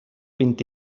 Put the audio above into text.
vint